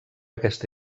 aquesta